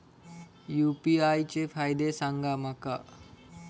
UPI चे फायदे सांगा माका?